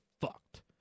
fucked